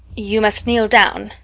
you must kneel down,